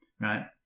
right